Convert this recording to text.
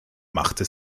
machte